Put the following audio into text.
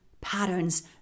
patterns